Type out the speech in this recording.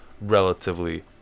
relatively